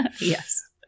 yes